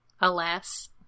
Alas